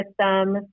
system